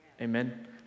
Amen